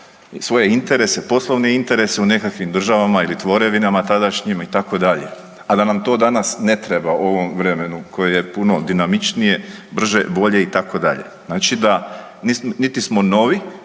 svoje interese, poslovne interese u nekakvim državama ili tvorevinama tadašnjim, itd., a da nam to danas ne treba u ovom vremenu koje je puno dinamičnije, brže, bolje, itd. Znači da, niti smo novi